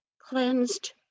cleansed